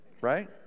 right